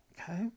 okay